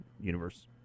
universe